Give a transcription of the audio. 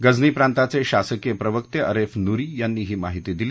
गझनी प्रांताचे शासकीय प्रवक्ते अरेफ नुरी यांनी ही माहिती दिली